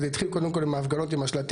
זה התחיל קודם כל עם ההפגנות עם השלטים,